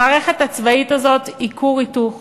המערכת הצבאית הזאת היא כור היתוך